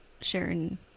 Sharon